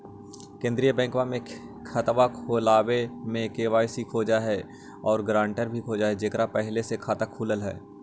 केंद्रीय बैंकवा मे खतवा खोलावे मे के.वाई.सी खोज है और ग्रांटर भी खोज है जेकर पहले से खाता खुलल है?